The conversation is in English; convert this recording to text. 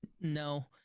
no